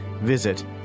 Visit